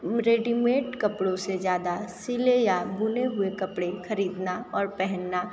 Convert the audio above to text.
readymade कपड़ों से ज़्यादा सीले या बुने हुए कपड़े खरीदना और पहनना